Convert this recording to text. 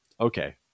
okay